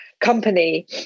Company